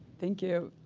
thank you.